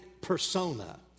persona